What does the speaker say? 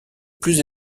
plus